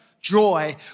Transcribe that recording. joy